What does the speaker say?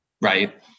right